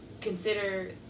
Consider